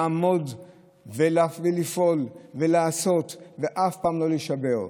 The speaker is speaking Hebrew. לעמוד ולפעול ולעשות, ואף פעם לא להישבר.